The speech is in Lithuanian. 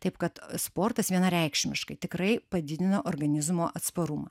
taip kad sportas vienareikšmiškai tikrai padidina organizmo atsparumą